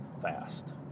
fast